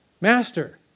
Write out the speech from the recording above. Master